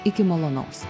iki malonaus